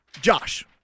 Josh